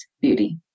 beauty